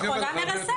מכונה מרסקת.